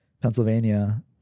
pennsylvania